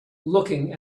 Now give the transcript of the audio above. looking